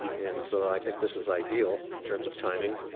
and so i think this is ideal in terms of timing.